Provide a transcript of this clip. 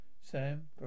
Sam